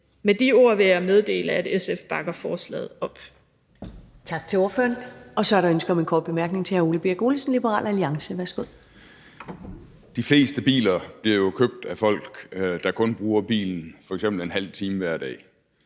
med de ord vil jeg meddele, at SF bakker forslaget op.